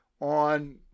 on